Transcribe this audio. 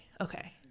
okay